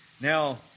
Now